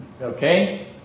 Okay